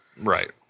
right